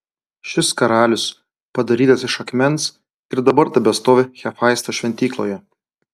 šis karalius padarytas iš akmens ir dabar tebestovi hefaisto šventykloje